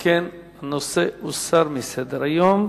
הנושא הוסר מסדר-היום.